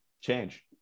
change